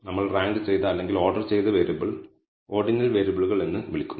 നമ്മൾ റാങ്ക് ചെയ്ത അല്ലെങ്കിൽ ഓർഡർ ചെയ്ത വേരിയബിൾ ഓർഡിനൽ വേരിയബിളുകൾ എന്ന് വിളിക്കുന്നു